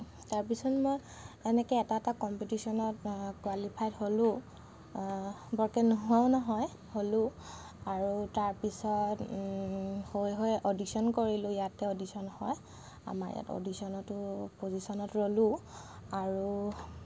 তাৰপিছত মই এনেকৈ এটা এটা কম্পিটিচনত কুৱালিফাইড্ হ'লোঁ বৰকৈ নোহোৱাও নহয় হ'লোঁ আৰু তাৰপিছত হৈ হৈ অডিশ্য়ন কৰিলোঁ ইয়াতে অডিশ্য়ন হয় আমাৰ ইয়াত অডিশ্য়নতো পজিশ্য়নত ৰ'লোঁ আৰু